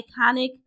iconic